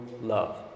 love